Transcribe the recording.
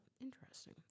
Interesting